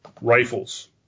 rifles